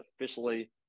officially